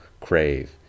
crave